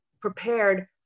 prepared